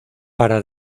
para